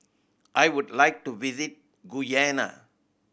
I would like to visit Guyana